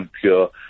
pure